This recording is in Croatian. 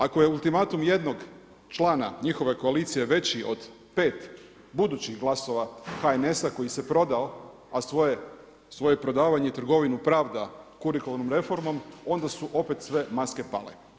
Ako je ultimatum jednog člana njihove koalicije veći od pet budućih glasova HNS-a koji se prodao, a svoje prodavanje trgovinu pravda kurikuralnom reformom, onda su opet sve maske pale.